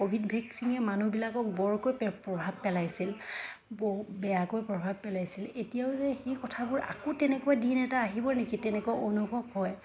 Covid ভেকচিনে মানুহবিলাকক বৰকৈ প্ৰভাৱ পেলাইছিল বহু বেয়াকৈ প্ৰভাৱ পেলাইছিল এতিয়াও যে সেই কথাবোৰ আকৌ তেনেকুৱা দিন এটা আহিব নেকি তেনেকুৱা অনুভৱ হয়